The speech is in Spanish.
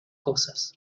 cosas